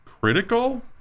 critical